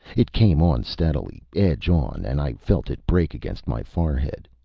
it came on steadily, edge on, and i felt it break against my forehead.